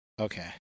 Okay